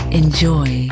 enjoy